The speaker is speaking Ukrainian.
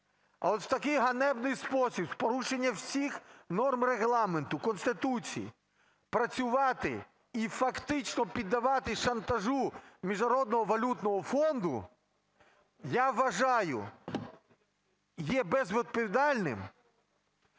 Але в такий ганебний спосіб, з порушенням всіх норм Регламенту, Конституції працювати і фактично піддаватись шантажу Міжнародного валютного фонду, я вважаю, є безвідповідальним,